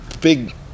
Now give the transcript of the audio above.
big